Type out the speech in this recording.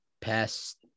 past